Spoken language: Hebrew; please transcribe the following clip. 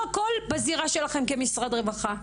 לא הכול בזירה שלכם כמשרד רווחה,